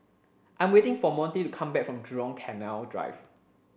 I'm waiting for Montie to come back from Jurong Canal Drive